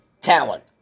talent